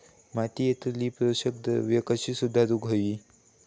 मातीयेतली पोषकद्रव्या कशी सुधारुक होई?